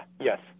yes